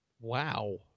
Wow